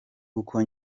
uko